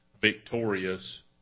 victorious